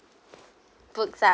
books ah